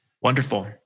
Wonderful